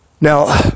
Now